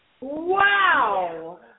Wow